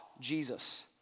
Jesus